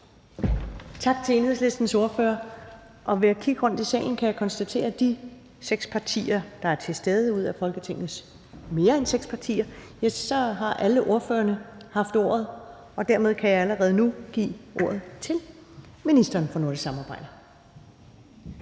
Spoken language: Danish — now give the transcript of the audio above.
Tak til Enhedslistens ordfører. Ved at kigge rundt i salen kan jeg konstatere, at alle ordførerne fra de seks partier, der er til stede, ud af Folketingets mere end seks partier, har haft ordet, og derfor kan jeg allerede nu give ordet til ministeren for nordisk samarbejde.